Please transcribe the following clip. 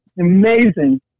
Amazing